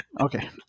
Okay